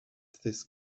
this